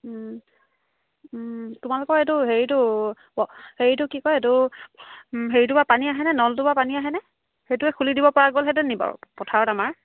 তোমালোকৰ এইটো হেৰিটো হেৰিটো কি কয় এইটো হেৰিটো পৰা পানী আহেনে নলটো পৰা পানী আহেনে সেইটোৱে খুলি দিব পৰা গ'লহেঁতেননি বাৰু পথাৰত আমাৰ